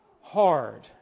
hard